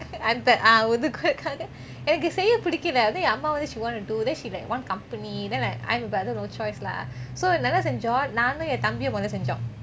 ah அந்த எனக்கு செய்ய பிடிக்கலே என் அம்மா வந்து:antha ennaku seiya pidikaleh en amma vanthu she want to do then she like want company then I I and my brother no choice lah so என்ன செஞ்சோம் நானும் என் தம்பியும் மொதலே செஞ்சோம்:enna senjom naanum en thambiyum motheleh senjom